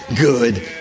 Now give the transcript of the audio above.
good